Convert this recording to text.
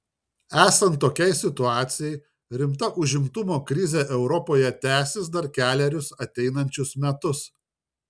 esant tokiai situacijai rimta užimtumo krizė europoje tęsis dar kelerius ateinančius metus